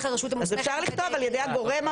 אפשר לכתוב על ידי הגורם המוסמך.